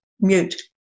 mute